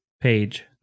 Page